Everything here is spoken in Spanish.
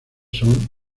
son